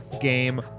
Game